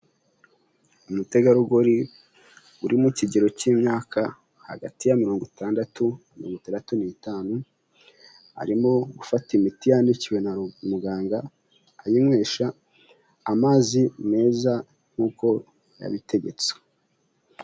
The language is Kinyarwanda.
Umutegarugori uri mu kigero cy'imyaka hagati ya mirongo itandatu na mirongo itandatu n'itanu, arimo gufata imiti yandikiwe na muganga, ayinywesha amazi meza, nk'uko yabitegetse.